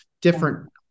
different